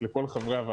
חלקים בה,